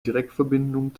direktverbindung